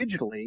digitally